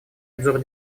обзор